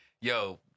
yo